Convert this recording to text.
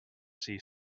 see